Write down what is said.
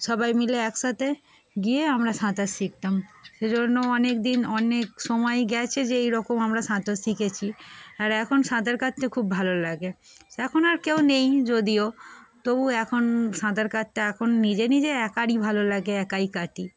সবাই মিলে একসাথে গিয়ে আমরা সাঁতার শিখতাম সেজন্য অনেক দিন অনেক সময় গেছে যে এইরকম আমরা সাঁতার শিখেছি আর এখন সাঁতার কাঁটতে খুব ভালো লাগে এখন আর কেউ নেই যদিও তবু এখন সাঁতার কাটতে এখন নিজে নিজে একারই ভালো লাগে একাই কাটি